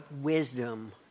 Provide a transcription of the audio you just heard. wisdom